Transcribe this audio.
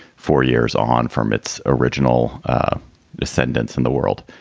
four years on from its original ascendance in the world.